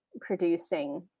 producing